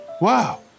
Wow